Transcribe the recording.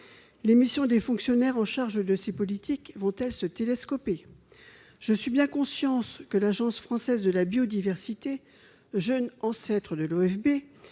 Les missions des fonctionnaires en charge de ces politiques vont-elles se télescoper ? Je suis bien consciente que l'Agence française de la biodiversité, jeune ancêtre de l'OFB,